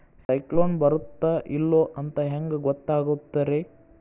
ಸೈಕ್ಲೋನ ಬರುತ್ತ ಇಲ್ಲೋ ಅಂತ ಹೆಂಗ್ ಗೊತ್ತಾಗುತ್ತ ರೇ?